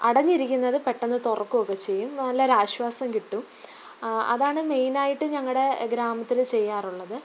അടഞ്ഞിരിക്കുന്നത് പെട്ടെന്ന് തുറക്കുകയൊക്കെ ചെയ്യും നല്ല ഒരു ആശ്വാസം കിട്ടും അതാണ് മെയിനായിട്ട് ഞങ്ങളുടെ ഗ്രാമത്തിൽ ചെയ്യാറുള്ളത്